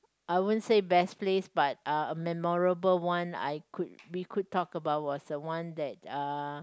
I won't say best place but a memorable one I could we could talk about was the one that uh